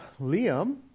Liam